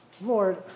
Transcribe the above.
Lord